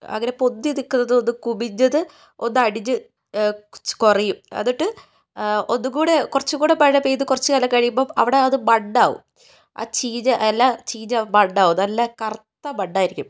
അങ്ങനെ പൊന്തിനിൽക്കുന്നത് ഒന്ന് കുമിഞ്ഞത് ഒന്നടിഞ്ഞ് കുറച്ച് കുറയും എന്നിട്ട് ഒന്നുംകൂടി കുറച്ച് കൂടി മഴ പെയ്ത് കുറച്ച് കാലം കഴിയുമ്പം അവിടെ അത് മണ്ണാകും ആ ചീഞ്ഞ എല്ലാം ചീഞ്ഞ മണ്ണാകും നല്ല കറുത്ത മണ്ണായിരിക്കും